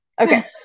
Okay